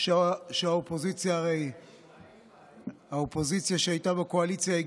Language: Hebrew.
שהגישה האופוזיציה כשהייתה בקואליציה,